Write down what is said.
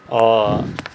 orh